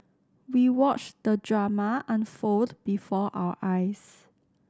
we watched the drama unfold before our eyes